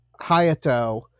hayato